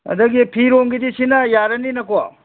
ꯑꯗꯒꯤ ꯐꯤꯔꯣꯟꯒꯤꯗꯤ ꯁꯤꯅ ꯌꯥꯔꯅꯤꯅꯀꯣ